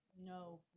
No